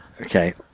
Okay